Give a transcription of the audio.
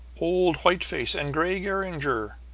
old white face, and grey geringer,